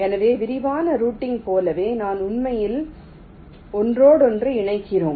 எனவே விரிவான ரூட்டிங் போலவே நாம் உண்மையில் ஒன்றோடொன்று இணைக்கிறோம்